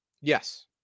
Yes